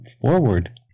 forward